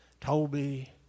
Toby